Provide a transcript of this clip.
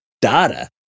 data